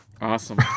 Awesome